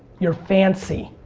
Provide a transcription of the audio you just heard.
you're fancy.